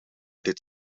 dit